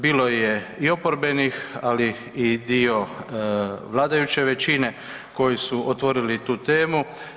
Bilo je i oporbenih, ali i dio vladajuće većine koji su otvorili tu temu.